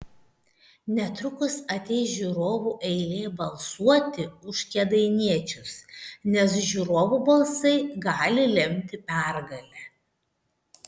netrukus ateis žiūrovų eilė balsuoti už kėdainiečius nes žiūrovų balsai gali lemti pergalę